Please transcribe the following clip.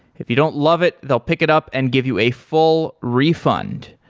if you don't love it, they'll pick it up and give you a full refund.